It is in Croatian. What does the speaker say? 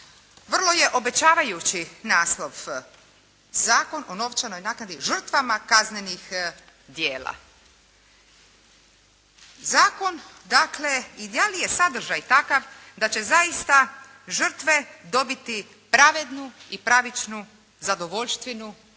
Vrlo je obećavajući naslov. Zakon o novčanoj naknadi žrtvama kaznenih djela. Zakon dakle i da li je sadržaj takav da će zaista žrtve dobiti pravednu i pravičnu zadovoljštinu bar